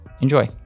enjoy